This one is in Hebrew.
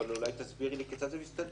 אבל אולי תסבירי לי כיצד זה מסתדר.